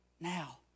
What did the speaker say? now